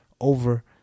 over